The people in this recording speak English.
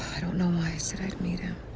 i don't know why i said i'd meet him.